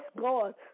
God